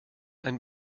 ein